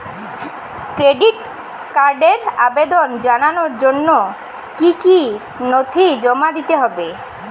Credit কার্ডের আবেদন জানানোর জন্য কী কী নথি জমা দিতে হবে?